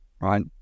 right